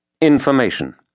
Information